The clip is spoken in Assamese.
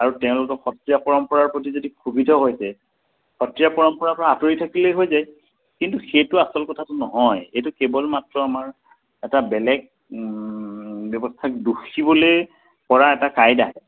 আৰু তেওঁলোকৰ সত্ৰীয়া পৰম্পৰাৰ প্ৰতি যদি ক্ষুভিত হৈছে সত্ৰীয়া পৰম্পৰাৰ পৰা আঁতৰি থাকিলেই হৈ যায় কিন্তু সেইটো আচল কথাটো নহয় এইটো কেৱল মাত্ৰ আমাৰ এটা বেলেগ ব্যৱস্থাক দুখিবলৈ কৰা এটা কাইডাহে